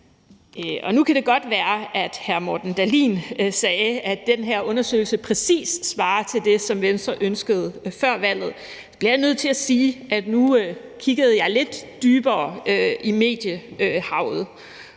Og nu kan det godt være, at hr. Morten Dahlin sagde, at den her undersøgelse præcis svarer til det, som Venstre ønskede før valget. Men jeg er nødt til at sige, at jeg nu har kigget jeg lidt dybere i mediehavet